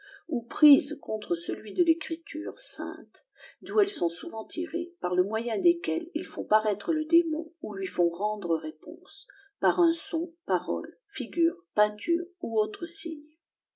ou prises contre celui de fècritqrô sainte d'où elles sont souvent tirées par le moyep desquelles ils font paraître le démon ou lui font rendre réppnsç pâf un son parole figure peinture ou autre signe